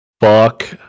fuck